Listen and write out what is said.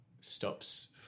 stops